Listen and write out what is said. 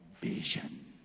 vision